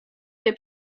się